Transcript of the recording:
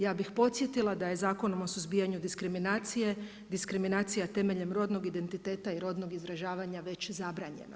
Ja bih podsjetila da je Zakonom o suzbijanju diskriminacije diskriminacija temeljem rodnog identiteta i rodnog izražavanja već zabranjena.